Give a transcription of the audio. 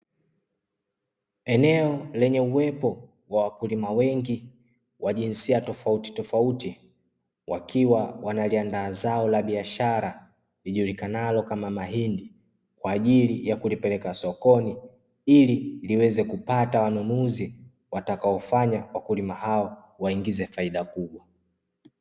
Eneo lenye uwepo wa wakulima wengi wa jinsia tofautitofauti, wakiwa wanaliandaa zao la biashara lijulikanalo kama mahindi kwa ajili ya kulipeleka sokoni ,ili liweze kupata wanunuzi watakaofanya wakulima hao waingize faida kubwa.